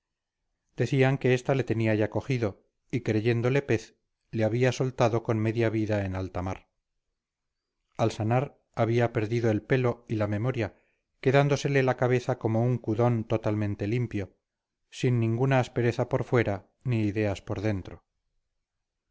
decían que esta le tenía ya cogido y creyéndole pez le había soltado con media vida en alta mar al sanar había perdido el pelo y la memoria quedádosele la cabeza como un cudón totalmente limpio sin ninguna aspereza por fuera ni ideas por dentro